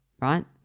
right